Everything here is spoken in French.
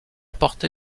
porté